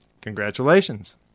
Congratulations